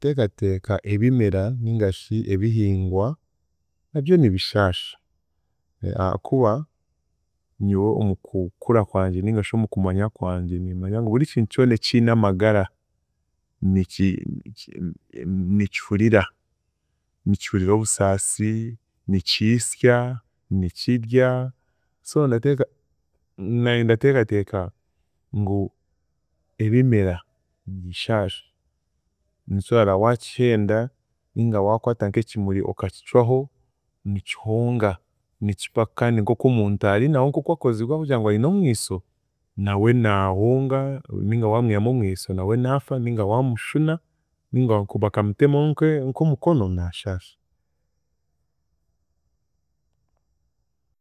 Ndateekateeka ebimera ningashi ebihingwa nabyo nibishaasha, ahakuba nyowe omu kukura kwangye ningashi omu kumanya kwangye niimanya ngu buri kintu kyona ekiine amagara, niki niki nikihurira, nikihurira obusaasi, nikiisya, nikidya so ndateeka naanye ndateekateeka ngu ebimera nibishaasha nikyo orara waakihenda ninga waakwata nk'ekimuri okakicwaho nikihonga nikifa kandi nk'oku omuntu ari, nawe nk'okwakozigwe ahabw'okugira ngu aine omwiso, nawe naahonga ninga waamwihamu omwiso nawe naafa ninga waamushuna ninga wa- bakamutemaho nke- nk'omukono naashaasha.